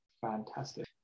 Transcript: Fantastic